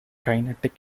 kinetic